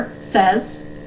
says